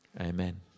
Amen